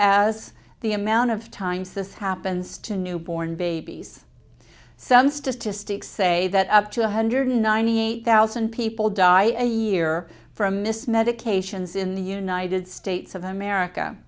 as the amount of times this happens to newborn babies some statistics say that up to one hundred ninety eight thousand people die each year from mis medications in the united states of america